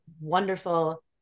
wonderful